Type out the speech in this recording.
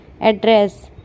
address